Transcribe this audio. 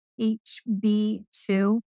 HB2